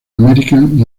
american